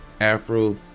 Afro